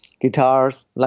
guitars